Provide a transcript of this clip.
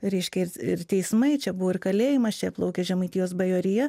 reiškia ir ir teismai čia buvo ir kalėjimas čia plaukė žemaitijos bajorija